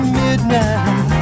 midnight